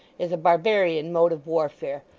is a barbarian mode of warfare,